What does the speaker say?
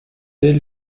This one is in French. dès